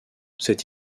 cette